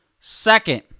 Second